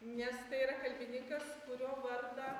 nes tai yra kalbininkas kurio vardą